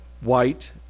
white